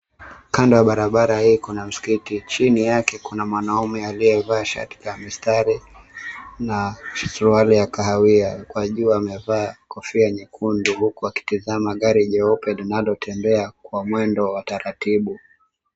Kando ya barabara hii kuna msikiti. Chini yake kuna mwanaume aliyevaa shati la mistari na suruali ya kahawia. Kwa juu amevaa kofia nyekundu huku akitazama gari jeupe linalotembea kwa mwendo wa taratibu.